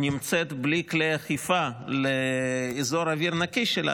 נמצאת בלי כלי אכיפה לאוויר הנקי שלה,